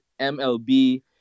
MLB